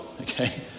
okay